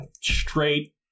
straight